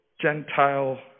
Gentile